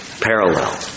Parallel